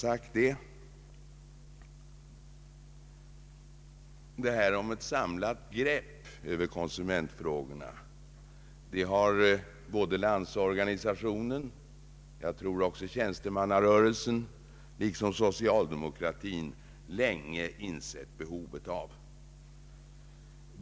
Ett samlat grepp över konsumentfrågorna har Landsorganisationen och jag tror även tjänstemannarörelsen liksom socialdemokratin länge insett behovet av.